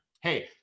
Hey